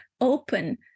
open